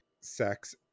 sex